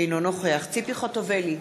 אינו נוכח ציפי חוטובלי,